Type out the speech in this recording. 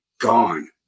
gone